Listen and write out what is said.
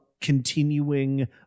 continuing